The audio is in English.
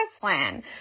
plan